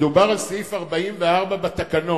מדובר על סעיף 44 בתקנון.